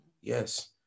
Yes